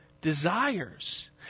desires